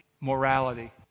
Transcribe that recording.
morality